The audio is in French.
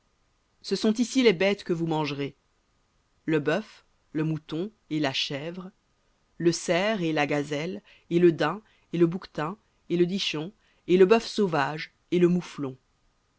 ce sont ici les bêtes que vous mangerez le bœuf le mouton et la chèvre le cerf et la gazelle et le daim et le bouquetin et le dishon et le bœuf sauvage et le mouflon